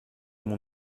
mon